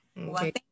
okay